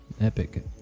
epic